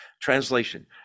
Translation